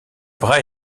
bras